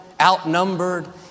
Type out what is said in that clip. outnumbered